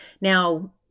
Now